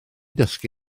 dysgu